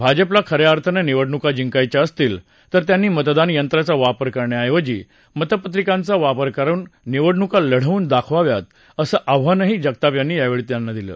भाजपला खऱ्या अर्थानं निवडणुका जिंकायच्या असतील तर त्यांनी मतदान यंत्राचा वापर करण्याऐवजी मतपत्रिकांचा वापर करून निवडणुका लढवून दाखवाव्यात असं आव्हानही जगताप यांनी यावेळी बोलतांना दिलं